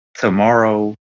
tomorrow